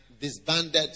disbanded